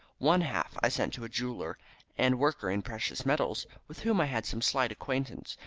one half i sent to a jeweller and worker in precious metals, with whom i had some slight acquaintance,